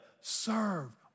serve